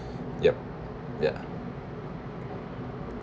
yup ya